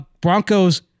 Broncos